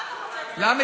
מה אתה חושב, למה?